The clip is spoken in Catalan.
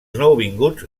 nouvinguts